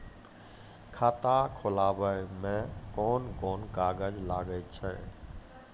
खाता खोलावै मे कोन कोन कागज लागै छै?